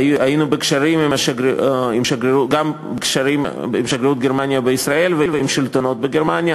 היינו גם בקשרים עם שגרירות גרמניה בישראל ועם השלטונות בגרמניה.